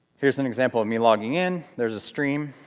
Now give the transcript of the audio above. here's an example of me logging in. there's a stream.